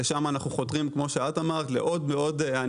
לשם אנחנו חותרים ולעוד ועוד הליכים בהמשך,